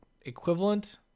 equivalent